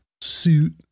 suit